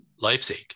Leipzig